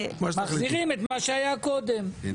מחזירים את מה שהיה קודם.